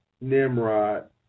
Nimrod